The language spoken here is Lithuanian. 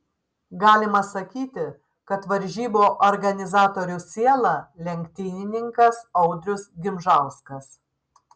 galima sakyti kad varžybų organizatorių siela lenktynininkas audrius gimžauskas